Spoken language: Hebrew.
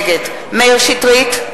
נגד מאיר שטרית,